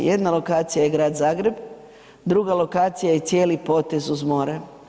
Jedna lokacija je grad Zagreb, druga lokacija je cijeli potez uz more.